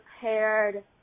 prepared